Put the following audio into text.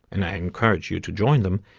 and i encourage you to join them,